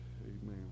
Amen